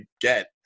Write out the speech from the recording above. get